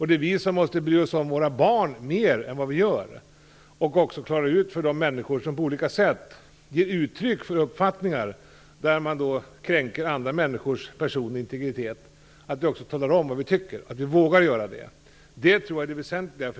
Det är vi som måste bry oss om våra barn mer än vad vi gör, och också klara ut detta med de människor som på olika sätt ger uttryck för uppfattningar som innebär att man kränker andra människors integritet. Vi måste tala om vad vi tycker. Vi måste våga göra det. Det tror jag är det väsentliga.